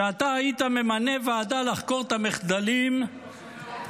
שאתה היית ממנה ועדה לחקור את המחדלים שהובילו